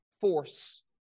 force